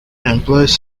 employs